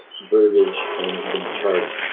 verbiage and charts.